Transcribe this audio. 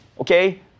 Okay